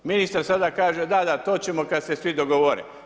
Ministar sada kaže, da, da to ćemo kada se svi dogovore.